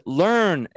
learn